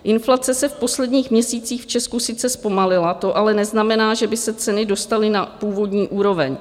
Inflace se v posledních měsících v Česku sice zpomalila, to ale neznamená, že by se ceny dostaly na původní úroveň.